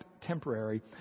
temporary